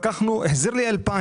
התווכחנו, הוא החזיר לי 2,000,